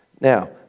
Now